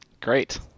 great